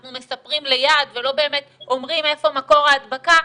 אנחנו מספרים ליד ולא באמת אומרים איפה מקור ההדבקה.